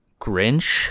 Grinch